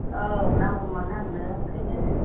औ नांगौमोन आंनो ओंखायनो